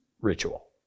ritual